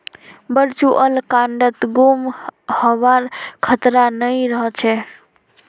virtual कार्डत गुम हबार खतरा नइ रह छेक